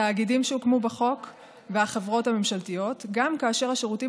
התאגידים שהוקמו בחוק והחברות הממשלתיות גם כאשר השירותים